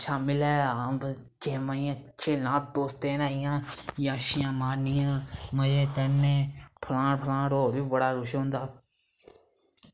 शाम्मी लै अ'ऊं बस गेमां इ'यां खेलना दोस्तें ने इ'यां जैशियां मारनियां मज़े करने फलांट फलांट होर बी बड़ा कुछ होंदा